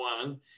one